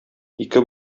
ике